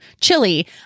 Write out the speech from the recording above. chili